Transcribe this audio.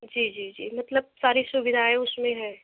जी जी जी मतलब सारी सुविधाएँ उसमें है